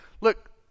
look